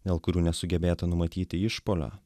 dėl kurių nesugebėta numatyti išpuolio